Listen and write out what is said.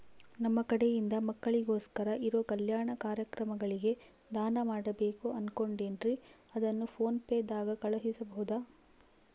ನಮ್ಮ ಕಡೆಯಿಂದ ಮಕ್ಕಳಿಗೋಸ್ಕರ ಇರೋ ಕಲ್ಯಾಣ ಕಾರ್ಯಕ್ರಮಗಳಿಗೆ ದಾನ ಮಾಡಬೇಕು ಅನುಕೊಂಡಿನ್ರೇ ಅದನ್ನು ಪೋನ್ ಪೇ ದಾಗ ಕಳುಹಿಸಬಹುದಾ?